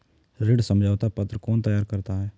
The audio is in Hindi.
ऋण समझौता पत्र कौन तैयार करता है?